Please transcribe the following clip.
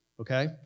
Okay